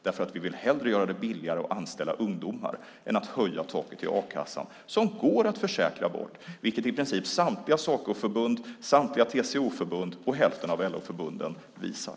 Därför att vi hellre vill göra det billigare att anställa ungdomar än att höja taket i a-kassan som går att försäkra bort, vilket i princip samtliga Sacoförbund, samtliga TCO-förbund och hälften av LO-förbunden visar.